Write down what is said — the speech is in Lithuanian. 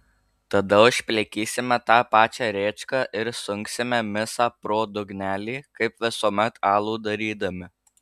tada užplikysime tą pačią rėčką ir sunksime misą pro dugnelį kaip visuomet alų darydami